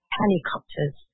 helicopters